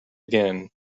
again